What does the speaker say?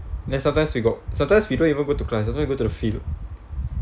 then sometimes we got sometimes we don't even go to class sometimes we go to the field